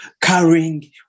carrying